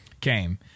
came